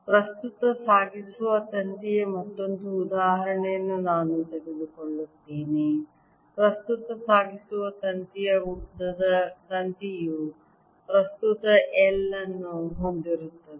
ಪ್ರಸ್ತುತ ಸಾಗಿಸುವ ತಂತಿಯ ಮತ್ತೊಂದು ಉದಾಹರಣೆಯನ್ನು ನಾನು ತೆಗೆದುಕೊಳ್ಳುತ್ತೇನೆ ಪ್ರಸ್ತುತ ಸಾಗಿಸುವ ತಂತಿಯ ಉದ್ದದ ತಂತಿಯು ಪ್ರಸ್ತುತ I ಅನ್ನು ಹೊಂದಿರುತ್ತದೆ